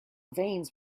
veins